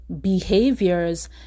behaviors